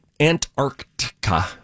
Antarctica